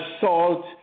salt